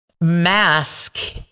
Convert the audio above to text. mask